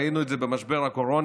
ראינו את זה במשבר הקורונה.